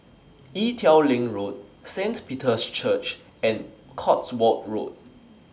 Ee Teow Leng Road Saint Peter's Church and Cotswold Road